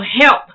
help